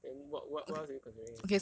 then what what what else are you considering eh